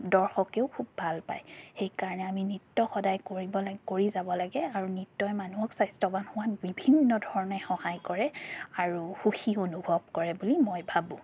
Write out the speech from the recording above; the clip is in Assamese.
দৰ্শকেও খুব ভাল পায় সেইকাৰণে আমি নৃত্য সদায় কৰিব লাগে কৰি যাব লাগে আৰু নৃত্যই মানুহক স্বাস্থ্যৱান হোৱাত বিভিন্ন ধৰণে সহায় কৰে আৰু সুখী অনুভৱ কৰে বুলি মই ভাবোঁ